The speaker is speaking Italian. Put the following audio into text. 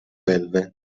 belve